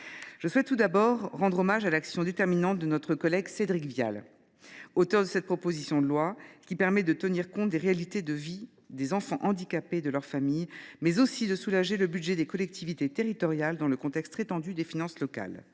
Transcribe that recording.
Je souhaite tout d’abord rendre hommage à l’action déterminante de notre collègue Cédric Vial, auteur de cette proposition de loi qui permet non seulement de tenir compte des réalités de vie des enfants handicapés et de leurs familles, mais aussi de soulager le budget des collectivités territoriales dans le contexte très tendu qui est celui des finances locales.